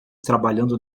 trabalhando